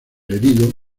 herido